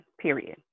period